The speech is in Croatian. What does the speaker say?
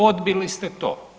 Odbili ste to.